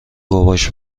باباش